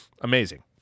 Amazing